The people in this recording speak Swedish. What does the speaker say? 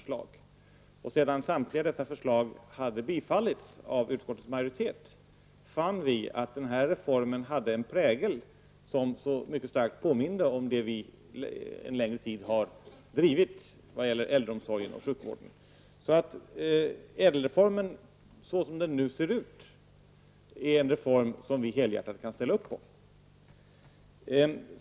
Sedan samtliga dessa förslag hade biträtts av utskottets majoritet, fann vi att reformen hade en prägel som mycket starkt påminde om det vi en längre tid har drivit vad gäller äldreomsorgen och sjukvården. Så ÄDEL reformen, såsom den nu ser ut, är en reform som vi helhjärtat kan ställa upp på.